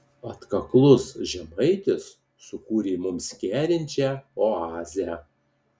atkaklus žemaitis sukūrė mums kerinčią oazę